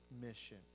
mission